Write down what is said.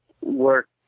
work